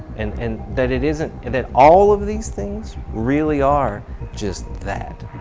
and and that it isn't that all of these things really are just that.